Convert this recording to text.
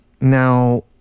now